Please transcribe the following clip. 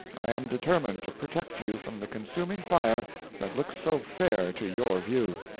i am determined to protect you from the consuming fire that looks so fair to your view.